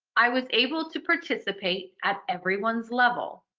i was able to participate at everyone's level.